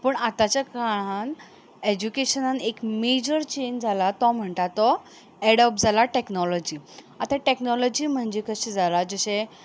पूण आतां काळान एज्युकेशनान एक मेजर चेंज जाला तो म्हणटा तो एडोब जाला टॅक्नोलॉजी आतां टॅक्नोलॉजी म्हणजे कशें जालां जशे